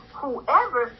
whoever